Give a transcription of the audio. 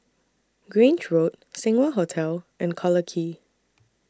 Grange Road Seng Wah Hotel and Collyer Quay